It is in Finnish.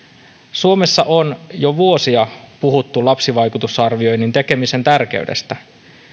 suomessa on jo vuosia puhuttu lapsivaikutusarvioinnin tekemisen tärkeydestä